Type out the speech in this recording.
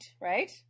right